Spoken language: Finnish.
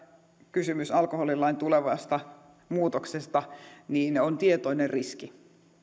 kysymys alkoholilain tulevasta muutoksesta on tietoinen riski